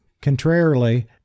Contrarily